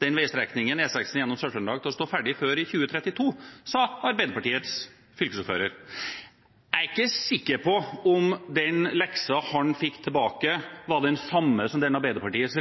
veistrekningen E6 gjennom Sør-Trøndelag til å stå ferdig før i 2032, som Arbeiderpartiets fylkesordfører sa. Jeg er ikke sikker på om «leksen» han fikk tilbake, er den samme som den Arbeiderpartiets